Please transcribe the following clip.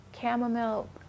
chamomile